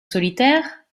solitaire